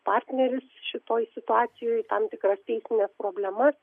partneris šitoj situacijoj tam tikras teisines problemas